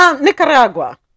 Nicaragua